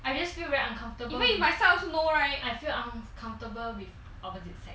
I just feel very uncomfortable even if I suck also no right I feel uncomfortable with opposite sex